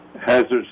hazards